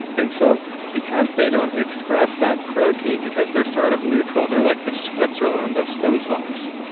and so because they don't express that protein, because they're sort of neutral, they're like the switzerland of stem cells.